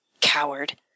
Coward